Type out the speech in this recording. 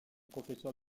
professeur